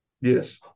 Yes